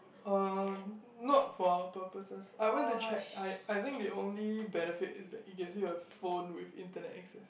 uh not for our purposes I went to check I I think the only benefit is that it gives you a phone with internet access